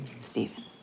Stephen